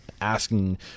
asking